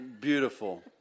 beautiful